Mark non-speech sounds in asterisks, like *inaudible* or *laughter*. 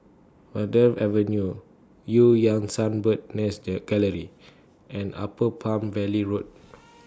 Verde Avenue EU Yan Sang Bird's Nest Gallery and Upper Palm Valley Road *noise*